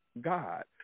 God